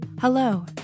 Hello